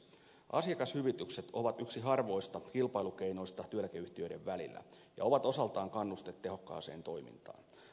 asiakashyvitykset ovat yksi harvoista kilpailukeinoista työeläkeyhtiöiden välillä ja ovat osaltaan kannuste tehokkaaseen toimintaan